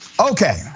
Okay